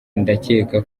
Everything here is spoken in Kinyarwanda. ndakeka